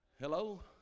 Hello